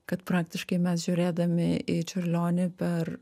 kad praktiškai mes žiūrėdami į čiurlionį per